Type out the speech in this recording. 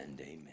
amen